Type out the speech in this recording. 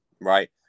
right